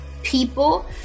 People